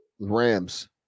Rams